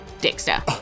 Dexter